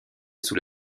sous